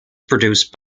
produced